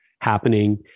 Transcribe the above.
happening